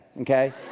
okay